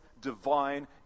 divine